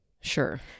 sure